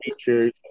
features